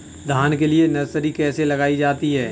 धान के लिए नर्सरी कैसे लगाई जाती है?